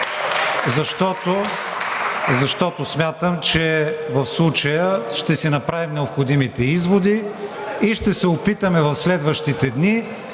защото смятам, че в случая ще си направим необходимите изводи и ще се опитаме в следващите дни